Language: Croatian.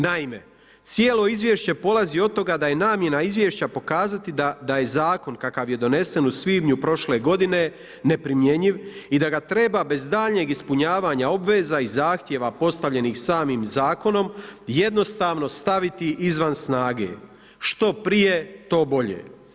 Naime, cijelo izvješće polazi od toga da je namjena izvješća pokazati da je Zakon kakav je donesen u svibnju prošle godine neprimjenjiv i da ga treba bez daljnjeg ispunjavanja obveza i zahtjeva postavljenih samim Zakonom jednostavno staviti izvan snage, što prije – to bolje.